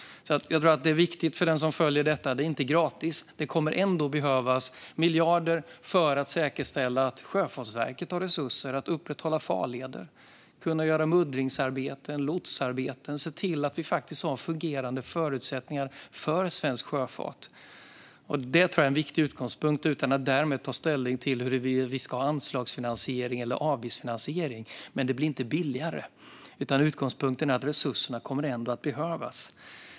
Jag tror att det är viktigt för den som följer detta att inse att det inte är gratis. Det kommer ändå att behövas miljarder för att säkerställa att Sjöfartsverket har resurser att upprätthålla farleder, kunna göra muddringsarbeten och lotsarbeten och se till att vi har fungerande förutsättningar för svensk sjöfart. Detta tror jag är en viktig utgångspunkt utan att därmed ta ställning till huruvida vi ska ha anslagsfinansiering eller avgiftsfinansiering. Men det blir inte billigare, utan utgångspunkten är att resurserna ändå kommer att behövas.